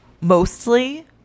mostly